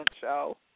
show